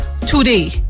today